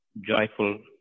joyful